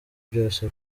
byose